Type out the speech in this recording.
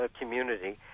community